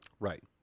Right